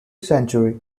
century